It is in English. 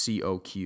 COQ